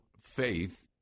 faith